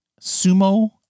sumo